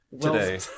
today